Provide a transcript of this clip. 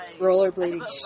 rollerblading